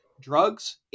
Drugs